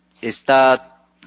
está